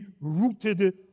rooted